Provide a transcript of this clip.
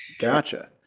Gotcha